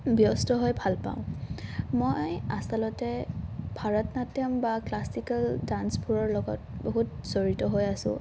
ব্যস্ত হৈ ভাল পাওঁ মই আচলতে ভাৰত নাট্যম বা ক্লাচিকেল ডাঞ্চবোৰৰ লগত বহুত জড়িত হৈ আছোঁ